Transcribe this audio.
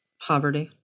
poverty